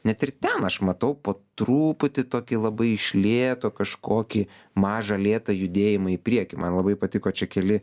net ir ten aš matau po truputį tokį labai iš lėto kažkokį mažą lėtą judėjimą į priekį man labai patiko čia keli